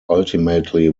ultimately